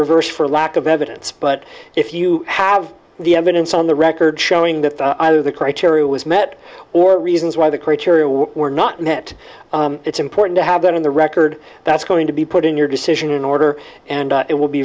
reverse for lack of evidence but if you have the evidence on the record showing that either the criteria was met or reasons why the criteria were not met it's important to have that in the record that's going to be put in your decision in order and it will be